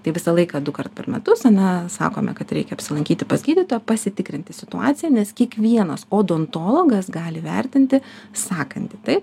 tai visą laiką dukart per metus ar ne sakome kad reikia apsilankyti pas gydytoją pasitikrinti situaciją nes kiekvienas odontologas gali įvertinti sąkandį taip